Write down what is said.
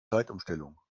zeitumstellung